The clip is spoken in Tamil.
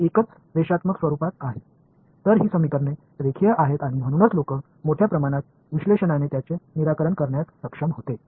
எனவே இந்த சமன்பாடுகள் லீனியர் மற்றும் அதனால்தான் மக்கள் அவற்றை பகுப்பாய்வு ரீதியாக ஒரு பெரிய பகுதிக்கு தீர்க்க முடிந்தது